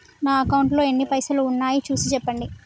నా అకౌంట్లో ఎన్ని పైసలు ఉన్నాయి చూసి చెప్పండి?